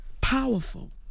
powerful